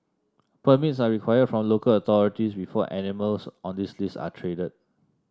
permits are required from local authorities before animals on this list are traded